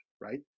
right